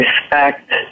respect